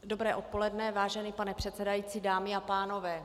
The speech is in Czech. Dobré odpoledne, vážený pane předsedající, dámy a pánové.